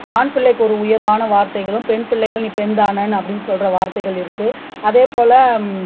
ஆண் பிள்ளைக்கு ஒரு உயர்வான வார்த்தைகளும் பெண் பிள்ளைகள் நீ பெண் தானன்னு அப்படின்னு சொல்கிற வார்த்தைகள் இருக்குது அதேபோல்